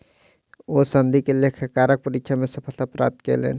ओ सनदी लेखाकारक परीक्षा मे सफलता प्राप्त कयलैन